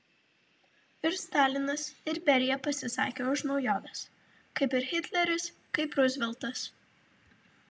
ir stalinas ir berija pasisakė už naujoves kaip ir hitleris kaip ruzveltas